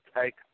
take